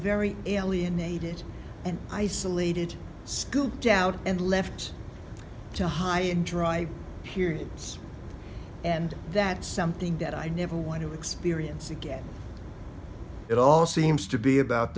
very alienated and isolated scooped out and left to high and dry periods and that's something that i never want to experience again it all seems to be about